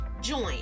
join